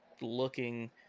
looking